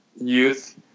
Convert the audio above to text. youth